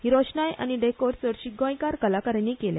ही रोशणाय आनी डॅकोर चडसो गोंयकार कलाकारांनी केला